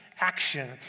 action